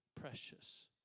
precious